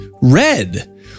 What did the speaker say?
red